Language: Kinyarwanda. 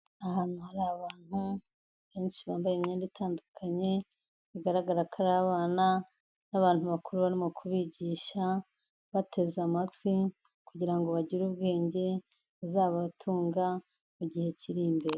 Ahantu hari abantu benshi bambaye imyenda itandukanye, bigaragara ko ari abana n'abantu bakuru barimo kubigisha, bateze amatwi kugira ngo bagire ubwenge buzabatunga mu gihe kiri imbere.